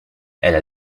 elle